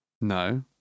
no